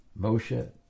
Moshe